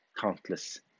countless